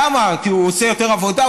למה, כי הוא עושה יותר עבודה?